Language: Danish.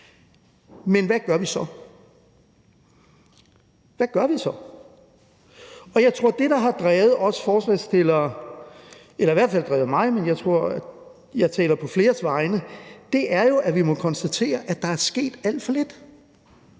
Men hvad gør vi så – hvad gør vi så? Jeg tror, at det, der har drevet os forslagsstillere – det har i hvert fald drevet mig, men jeg tror, jeg taler på fleres vegne – jo er, at vi må konstatere, at der er sket alt for lidt.